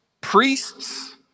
priests